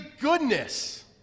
goodness